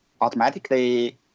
automatically